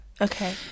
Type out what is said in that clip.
okay